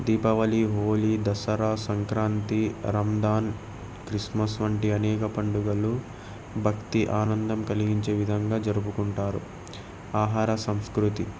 Deepavali Holi Dasara Sankranti Ramzan Christmas వంటి అనేక పండుగలు భక్తి ఆనందం కలిగించే విధంగా జరుపుకుంటారు ఆహార సంస్కృతి